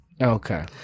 okay